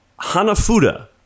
Hanafuda